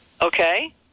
Okay